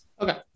Okay